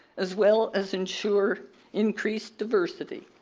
as well as ensure increased diversity.